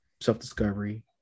self-discovery